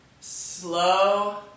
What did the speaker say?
slow